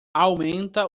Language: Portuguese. aumenta